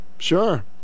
Sure